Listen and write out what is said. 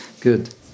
Good